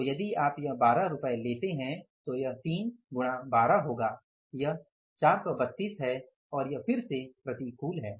तो यदि आप यह 12 रुपये लेते हैं तो यह 3 गुणा 12 होगा यह 432 है और फिर से प्रतिकूल है